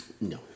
no